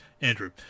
Andrew